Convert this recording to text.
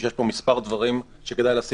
אני רוצה לומר שיש פה מספר דברים שכדאי לשים